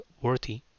worthy